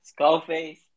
Skullface